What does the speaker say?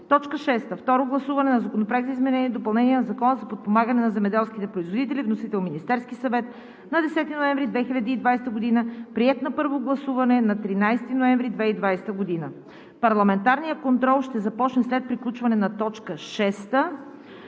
г. 6. Второ гласуване на Законопроекта за изменение и допълнение на Закона за подпомагане на земеделските производители. Вносител – Министерският съвет на 10 ноември 2020 г. Приет на първо гласуване на 13 ноември 2020 г.“ Парламентарният контрол ще започне след приключване на точка